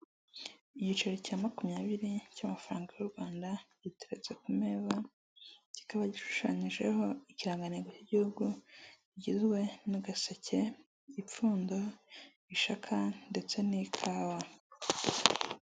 Igiceri cya makumyabiri cy'amafaranga y'u Rwanda giteretse ku meza, kikaba gishushanyijeho ikirangantego cy'Igihugu, kigizwe n'agaseke, ipfundo, ishaka ndetse n'ikawa.